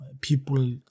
people